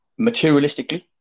materialistically